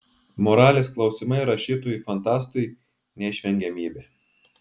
moralės klausimai rašytojui fantastui neišvengiamybė